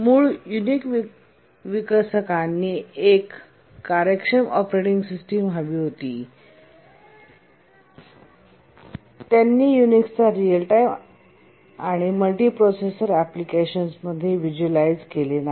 मूळ युनिक्स विकसकांना एक कार्यक्षम ऑपरेटिंग सिस्टम हवी होती आणि त्यांनी युनिक्सचा रिअल टाइम आणि मल्टी प्रोसेसर अँप्लिकेशन्समध्ये व्हिज्युअलाइझ केले नाही